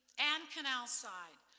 and canalside,